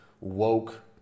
woke